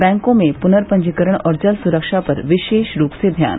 बैंकों के पूर्नपंजीकरण और जल सुरक्षा पर विशेष रूप से ध्यान